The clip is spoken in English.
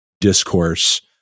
discourse